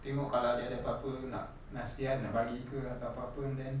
tengok kalau dia ada apa-apa nak nasihat nak bagi ke atau apa-apa then